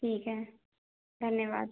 ठीक है धन्यवाद